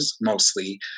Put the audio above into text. mostly